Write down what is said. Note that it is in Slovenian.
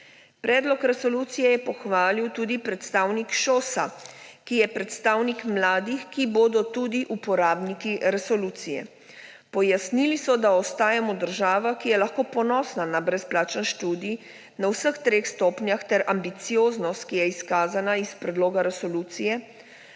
Predlog resolucije je pohvalil tudi predstavnik ŠOS, ki je predstavnik mladih, ki bodo tudi uporabniki resolucije. Pojasnilo so, da ostajamo država, ki je lahko ponosna na brezplačen študij na vseh treh stopnjah, ter ambicioznost, ki je izkazana iz predloga resolucije,